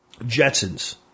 Jetsons